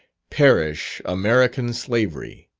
perish american slavery.